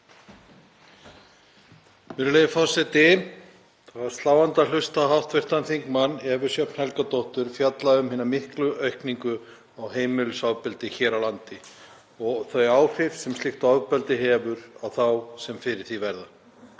Virðulegi forseti. Það var sláandi að hlusta á hv. þm. Evu Sjöfn Helgadóttur fjalla um hina miklu aukningu á heimilisofbeldi hér á landi og þau áhrif sem slíkt ofbeldi hefur á þá sem fyrir því verða.